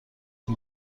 این